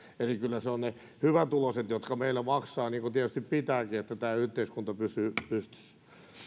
eli kyllä ne ovat ne hyvätuloiset jotka meillä maksavat niin kuin tietysti pitääkin että tämä yhteiskunta pysyy pystyssä